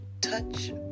Touch